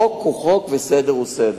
חוק הוא חוק וסדר הוא סדר.